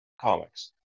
comics